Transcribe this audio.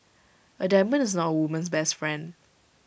A diamond is not A woman's best friend